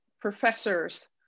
professors